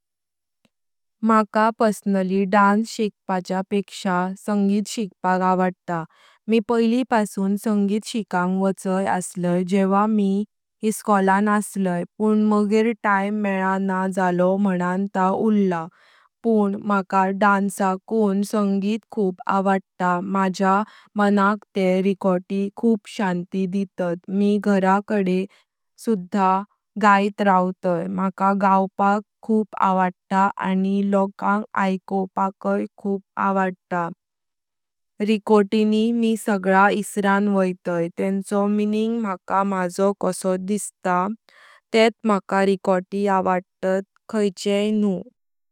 माका personally dance शिकपाच्या बेक्श्या संगीत शिकपाक आवडता। मी पैली पासून संगीत शिकांग वचाई असला जेव्हा मी हसकोलन असलै पुं मगर टाइम मेळा न्हा झालो मनन त उरल। पुं माका डान्स कुण संगीत खूप आवडता माज्या मनाक ते रेकोटी खूप शांती दितात। मी घर कडे सुषा गाईत राहतात। माका गावपाक खूप आवडता आणि लोकांक ऐकोवपाकाई खूप आवडता रेकोतिनी मी सगळा इसारान वोइताई। तेंचो मीनिंग माका माजो कासो दिसता तेत माका रेकोटी ब आवडतत काहीचें न्हु।